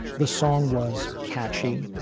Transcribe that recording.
the song was catchy,